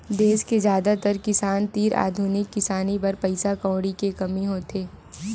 देस के जादातर किसान तीर आधुनिक किसानी बर पइसा कउड़ी के कमी होथे